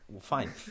fine